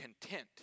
content